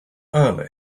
early